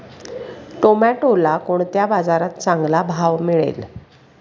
टोमॅटोला कोणत्या बाजारात चांगला भाव मिळेल?